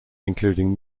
including